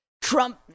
Trump